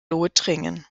lothringen